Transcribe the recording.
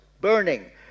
burning